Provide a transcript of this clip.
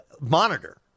monitor